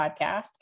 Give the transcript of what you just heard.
podcast